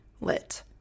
lit